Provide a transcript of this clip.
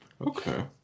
Okay